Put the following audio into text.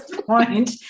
point